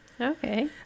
Okay